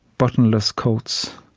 buttonless coats,